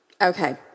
Okay